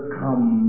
come